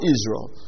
Israel